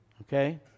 Okay